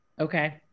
okay